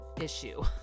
issue